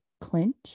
clinch